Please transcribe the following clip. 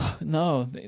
No